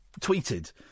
tweeted